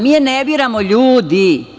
Mi je ne biramo ljudi.